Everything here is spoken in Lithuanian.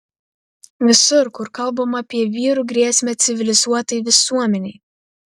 visur kur kalbama apie vyrų grėsmę civilizuotai visuomenei